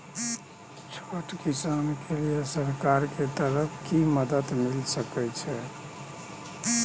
छोट किसान के लिए सरकार के तरफ कि मदद मिल सके छै?